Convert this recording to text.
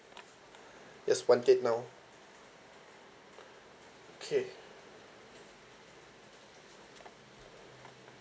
just want it now okay